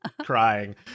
crying